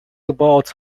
about